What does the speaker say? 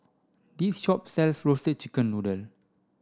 this shop sells roasted chicken noodle